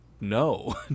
no